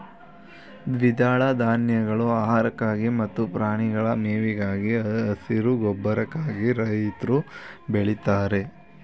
ದ್ವಿದಳ ಧಾನ್ಯಗಳು ಆಹಾರಕ್ಕಾಗಿ ಮತ್ತು ಪ್ರಾಣಿಗಳ ಮೇವಿಗಾಗಿ, ಹಸಿರು ಗೊಬ್ಬರಕ್ಕಾಗಿ ರೈತ್ರು ಬೆಳಿತಾರೆ